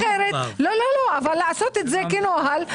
לעשות את זה כנוהל.